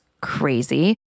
crazy